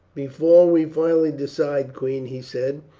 before we finally decide, queen, he said,